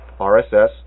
RSS